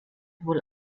wohl